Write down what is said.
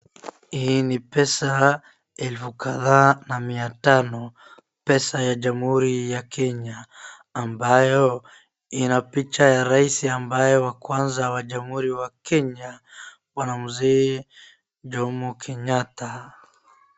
Hii ni pesa elfu kadhaa na miatano, pesa ya jamhuri ya Kenya ambayo inapicha ya rais ambayo wa kwanza wa jamhuri wa Kenya bwana Mzee Jomo Kenyatta.